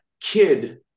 kid